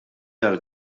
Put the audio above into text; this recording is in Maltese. għall